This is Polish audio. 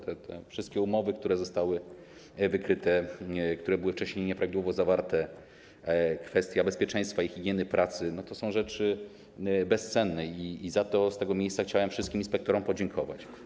Te wszystkie umowy, które zostały wykryte, które były wcześniej nieprawidłowo zawarte, kwestia bezpieczeństwa i higieny pracy - to są rzeczy bezcenne i za to z tego miejsca chciałem wszystkim inspektorom podziękować.